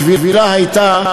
הטבילה הייתה,